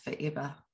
forever